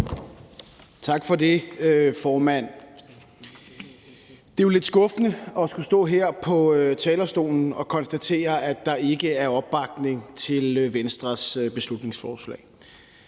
Tak for det, formand. Det er jo lidt skuffende at skulle stå her på talerstolen og konstatere, at der ikke er opbakning til Venstres beslutningsforslag,